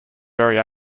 very